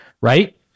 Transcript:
Right